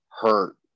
hurt